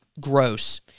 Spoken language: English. gross